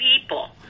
people